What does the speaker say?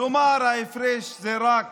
כלומר, ההפרש הוא רק